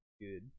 Good